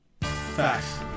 Facts